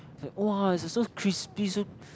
is like !wah! is like so crispy so